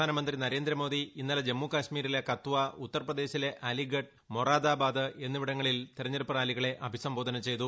പ്രധാനമന്ത്രി നരേന്ദ്രമോദി ഇന്നലെ ജമ്മുകാശ്മീരിലെ കത്വ ഉത്തർപ്രദേശിലെ അലിഗഡ് മൊറാബാദാബാദ് എന്നിവിടങ്ങളിൽ തെരഞ്ഞെടുപ്പ് റാലികളെ അഭിസംബോധന ചെയ്തു